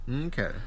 Okay